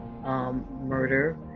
Murder